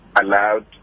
allowed